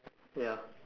ya